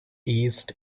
east